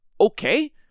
okay